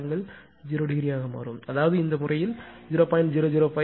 005∠0 ° ஆக மாறும் அதாவது இந்த வழக்கிற்கான 0